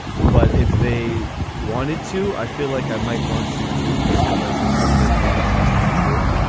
but if they wanted to, i feel like i might wants you to just to, like, make their fantasies come true.